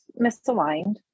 misaligned